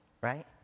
right